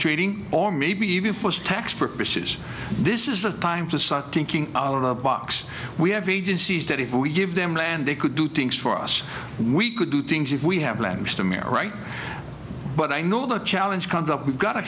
trading or maybe even for tax purposes this is the time to start thinking out of the box we have agencies that if we give them land they could do things for us we could do things if we have plans to marry right but i know the challenge comes up we've got to